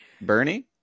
Bernie